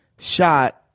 shot